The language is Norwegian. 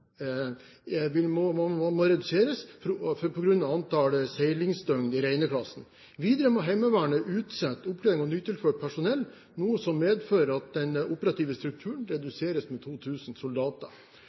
må reduseres på grunn av antall seilingsdøgn i Reine-klassen. Videre må Heimevernet utsette opplæring av nytilført personell, noe som medfører at den operative strukturen